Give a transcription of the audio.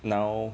now